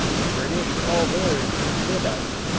the british call theirs lyddite,